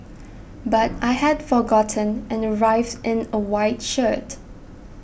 but I had forgotten and arrived in a white shirt